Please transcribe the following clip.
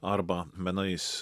arba menais